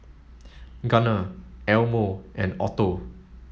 Gunner Elmo and Otto